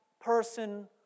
person